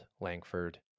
Langford